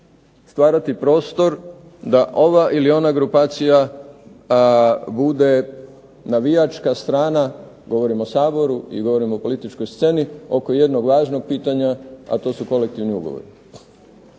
stvarati prostor da ova ili ona grupacija bude navijačka strana, govorim o Saboru i govorim o političkoj sceni oko jednog važnog pitanja, a to su kolektivni ugovori